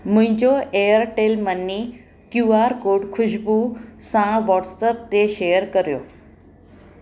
मुंहिंजो Airtel money Q R code Khushboo सां WhatsApp ते शेयर करियो